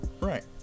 Right